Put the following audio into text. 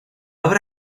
obra